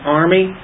army